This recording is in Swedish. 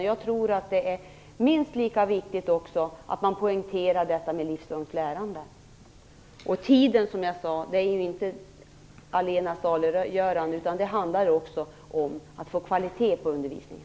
Jag tror att det är minst lika viktigt att man poängterar det livslånga lärandet. Tiden är ju, som jag sade, inte det allena saliggörande. Det handlar också om att få kvalitet på undervisningen.